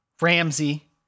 Ramsey